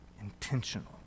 intentional